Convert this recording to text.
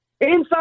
inside